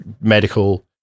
medical